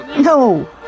No